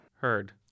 Heard